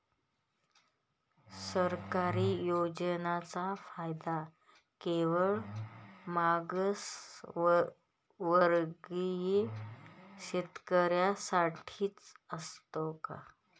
सरकारी योजनांचा फायदा केवळ मागासवर्गीय शेतकऱ्यांसाठीच असतो का?